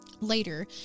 Later